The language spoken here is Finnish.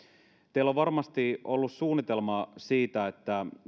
teillä on varmasti ollut suunnitelma siitä